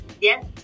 Yes